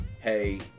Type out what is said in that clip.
hey